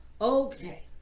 okay